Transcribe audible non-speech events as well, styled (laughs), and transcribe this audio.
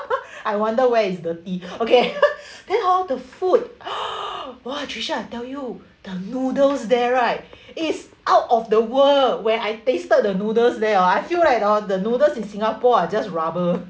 I wonder where is dirty okay (laughs) then all the food (noise) !wah! trisha I tell you the noodles there right is out of the world when I tasted the noodles there ah I feel like all the noodles in singapore are just rubber